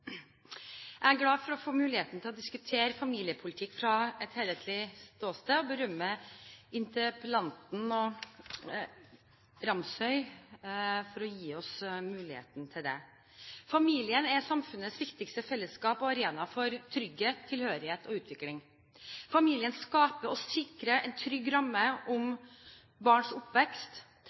Jeg er glad for å få muligheten til å diskutere familiepolitikk fra et helhetlig ståsted, og berømmer interpellanten Nilsson Ramsøy for å gi oss muligheten til det. Familien er samfunnets viktigste fellesskap og arena for trygghet, tilhørighet og utvikling. Familien skaper og sikrer en trygg ramme om barns oppvekst.